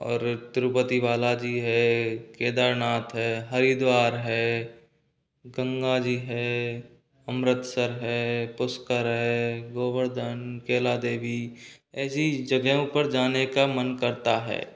और तिरुपति बालाजी है केदारनाथ है हरिद्वार है गंगा जी है अमृतसर है पुष्कर है गोवर्धन कैला देवी ऐसी जगहों पर जाने का मन करता है